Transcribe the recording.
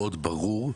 ברור.